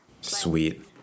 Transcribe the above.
Sweet